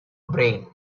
brain